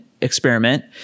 experiment